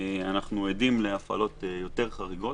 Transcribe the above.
אנחנו עדים להפעלות יותר חריגות,